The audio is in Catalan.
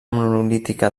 monolítica